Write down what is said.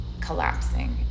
collapsing